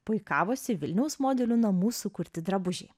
puikavosi vilniaus modelių namų sukurti drabužiai